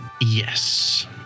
yes